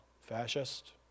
fascist